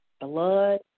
blood